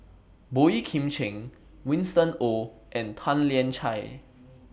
Boey Kim Cheng Winston Oh and Tan Lian Chye